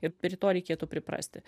ir prie to reikėtų priprasti